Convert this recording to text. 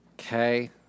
Okay